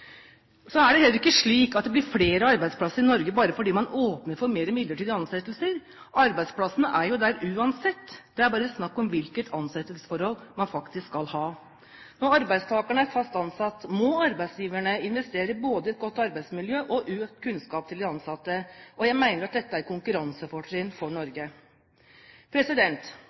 Så er det heller ikke slik at det blir flere arbeidsplasser i Norge bare fordi man åpner for mer bruk av midlertidige ansettelser. Arbeidsplassene er jo der uansett. Det er bare snakk om hvilket ansettelsesforhold man faktisk skal ha. Når arbeidstakeren er fast ansatt, må arbeidsgiveren investere i både et godt arbeidsmiljø og økt kunnskap blant de ansatte. Jeg mener at dette er et konkurransefortrinn for Norge.